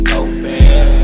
open